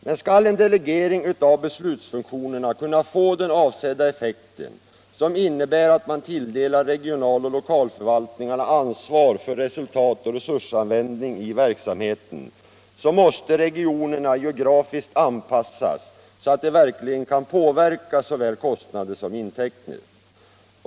Men skall en delegering av beslutsfunktionerna kunna få den avsedda effekten, som innebär att man tilldelar regional och lokalförvaltningarna ansvar för resultat och resursanvändning i verksamheten, måste regionerna geografiskt avpassas så att de verkligen kan påverka såväl kostnader som intäkter.